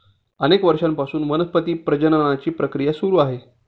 अनेक वर्षांपासून वनस्पती प्रजननाची प्रक्रिया सुरू आहे